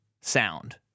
sound